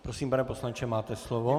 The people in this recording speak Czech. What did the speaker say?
Prosím, pane poslanče, máte slovo.